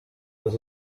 nos